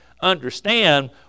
understand